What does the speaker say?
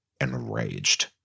enraged